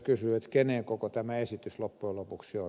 kenen koko tämä esitys loppujen lopuksi on